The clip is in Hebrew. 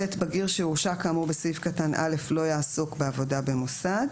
(ב) בגיר שהורשע כאמור בסעיף קטן (א) לא יעסוק בעבודה במוסד.